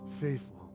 faithful